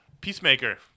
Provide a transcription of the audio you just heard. Peacemaker